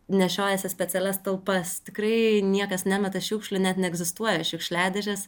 nešiojasi specialias talpas tikrai niekas nemeta šiukšlių net neegzistuoja šiukšliadėžės